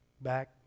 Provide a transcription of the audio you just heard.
back